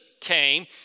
came